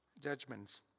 Judgments